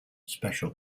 special